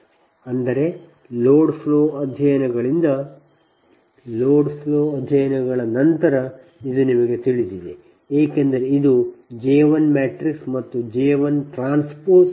ಅಂದರೆ load flow ಅಧ್ಯಯನಗಳಿಂದ load flow ಅಧ್ಯಯನಗಳ ನಂತರ ನಿಮಗೆ ಇದು ತಿಳಿದಿದೆ ಏಕೆಂದರೆ ಇದು J 1 ಮ್ಯಾಟ್ರಿಕ್ಸ್ ಮತ್ತು J 1 ಟ್ರಾನ್ಸ್ಪೋಸ್ ಆಗಿದೆ